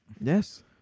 Yes